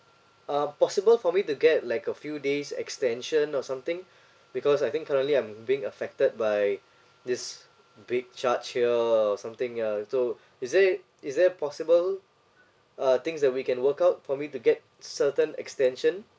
uh possible for me to get like a few days extension or something because I think currently I'm being affected by this big charge here or something is there is there possible uh things that we can work out for me to get certain extension